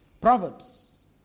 Proverbs